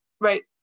right